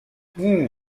hum